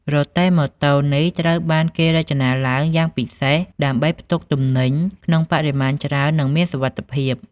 រទេះម៉ូតូនេះត្រូវបានគេរចនាឡើងយ៉ាងពិសេសដើម្បីផ្ទុកទំនិញក្នុងបរិមាណច្រើននិងមានសុវត្ថិភាព។